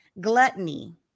gluttony